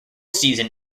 season